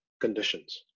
conditions